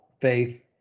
faith